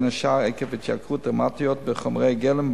בין השאר עקב התייקרויות דרמטיות בחומרי הגלם,